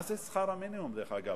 מה זה שכר מינימום, דרך אגב?